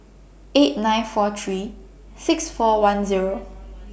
eight nine four three six four one Zero